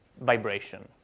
vibration